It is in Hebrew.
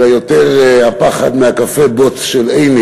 אלא יותר הפחד מהקפה-בוץ של עיני